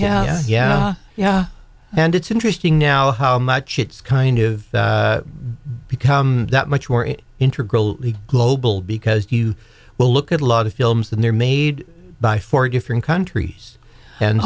yeah yeah yeah and it's interesting now how much it's kind of become that much more it intergroup the global because you will look at a lot of films and they're made by four different countries and